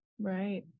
Right